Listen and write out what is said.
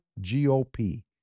GOP